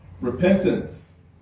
Repentance